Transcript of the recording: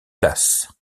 places